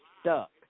stuck